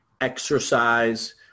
exercise